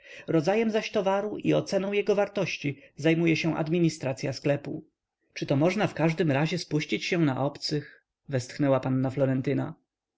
rodzajem zaś towaru i oceną jego wartości zajmuje się administracya sklepu czyto można w każdym razie spuścić się na obcych westchnęła panna florentyna mam